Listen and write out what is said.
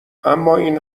امااین